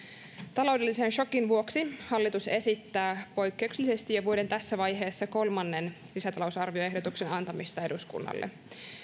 taloudellisen sokin vuoksi hallitus esittää poikkeuksellisesti jo vuoden tässä vaiheessa kolmannen lisätalousarvioehdotuksen antamista eduskunnalle